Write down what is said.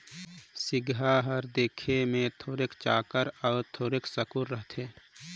सिगहा हर देखे मे थोरोक चाकर अउ थोरोक साकुर रहथे